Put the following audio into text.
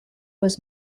was